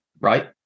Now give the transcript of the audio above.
right